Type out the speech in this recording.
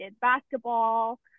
basketball